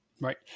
right